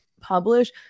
publish